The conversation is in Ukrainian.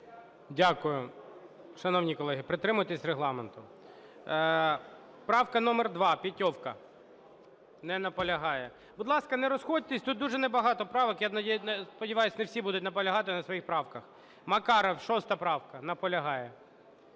Дякую. Шановні колеги, притримуйтесь регламенту. Правка номер 2, Петьовка. Не наполягає. Будь ласка, не розходьтесь, тут дуже небагато правок. Я сподіваюсь, не всі будуть наполягати на своїх правках. Макаров, 6 правка. Наполягає.